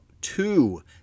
Two